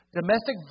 Domestic